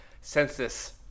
census